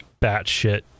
batshit